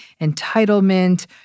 entitlement